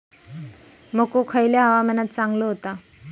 मको खयल्या हवामानात चांगलो होता?